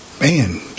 Man